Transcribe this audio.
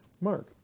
Mark